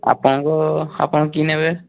ଆପଣଙ୍କ ଆପଣ କି ନେବେ